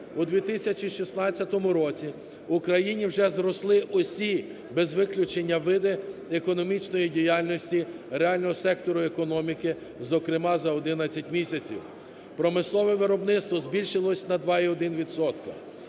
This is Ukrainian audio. У 2016 році у країні вже зросли усі без виключання види економічної діяльності реального сектору економіки, зокрема, за 11 місяців, промислове виробництво збільшилося на 2,1